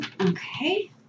Okay